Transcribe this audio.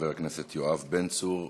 חבר הכנסת יואב בן צור,